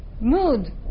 mood